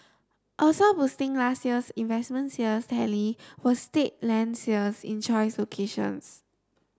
also boosting last year's investment sales tally were state land sales in choice locations